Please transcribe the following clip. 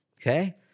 okay